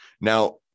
now